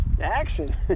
Action